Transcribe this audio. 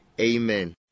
Amen